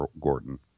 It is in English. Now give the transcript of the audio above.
Gordon